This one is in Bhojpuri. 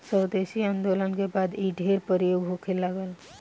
स्वदेशी आन्दोलन के बाद इ ढेर प्रयोग होखे लागल